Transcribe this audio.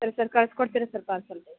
ಸರಿ ಸರ್ ಕಳಸ್ಕೊಡ್ತೀರಾ sir parcel